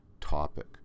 topic